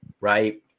Right